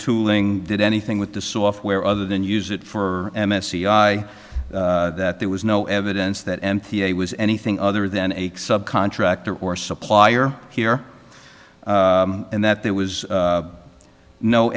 tooling did anything with the software other than use it for m s c i that there was no evidence that m t a was anything other than a subcontractor or supplier here and that there was no